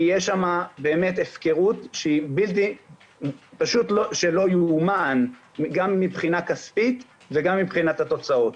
יש שם הפקרות לא תאומן מבחינה כספית וגם מבחינת התוצאות.